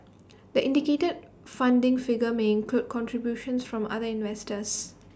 the indicated funding figure may include contributions from other investors